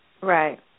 Right